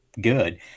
good